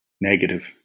negative